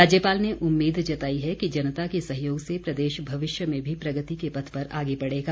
राज्यपाल ने उम्मीद जताई है कि जनता के सहयोग से प्रदेश भविष्य में भी प्रगति के पथ पर आगे बढ़ेगा